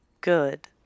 good